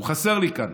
הוא חסר לי כאן.